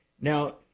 now